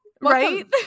Right